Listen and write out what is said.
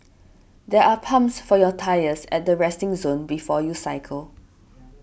there are pumps for your tyres at the resting zone before you cycle